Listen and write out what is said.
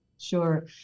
Sure